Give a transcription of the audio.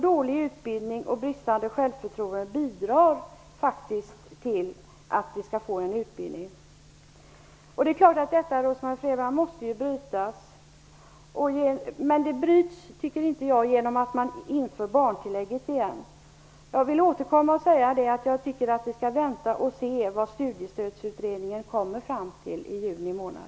Dålig utbildning och bristande självförtroende är faktiskt orsak till att vi skall få en satsning på utbildning. Det är klart att detta måste brytas, Rose-Marie Frebran. Men jag tycker inte att det bryts genom att man inför barntillägget igen. Jag vill återkomma till att säga att jag tycker att vi skall vänta och se vad Studiestödsutredningen kommer fram till i juni månad.